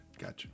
Gotcha